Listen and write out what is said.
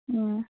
ꯎꯝ